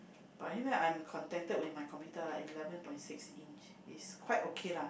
but anyway I'm contented with my computer lah eleven point six inch it's quite okay lah